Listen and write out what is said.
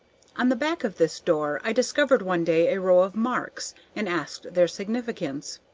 on the back of this door i discovered one day a row of marks, and asked their significance.